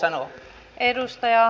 arvoisa puhemies